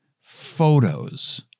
photos